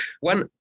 One